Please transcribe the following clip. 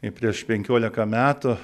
prieš penkiolika metų